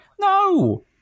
no